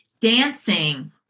Dancing